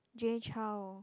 Jay-Chou